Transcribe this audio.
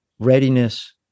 Readiness